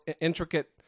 intricate